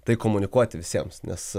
tai komunikuoti visiems nes